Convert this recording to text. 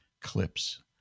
clips